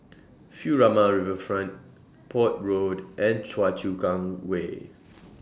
Furama Riverfront Port Road and Choa Chu Kang Way